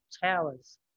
towers